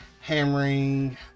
hammering